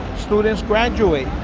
students graduate